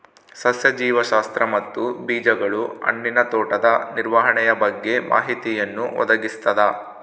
ಸಸ್ಯ ಜೀವಶಾಸ್ತ್ರ ಮತ್ತು ಬೀಜಗಳು ಹಣ್ಣಿನ ತೋಟದ ನಿರ್ವಹಣೆಯ ಬಗ್ಗೆ ಮಾಹಿತಿಯನ್ನು ಒದಗಿಸ್ತದ